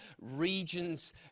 regions